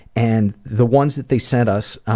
and the ones that they sent us, ah,